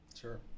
sure